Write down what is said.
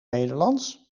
nederlands